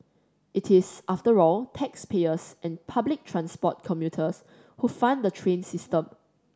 it is after all taxpayers and public transport commuters who fund the train system